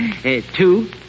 Two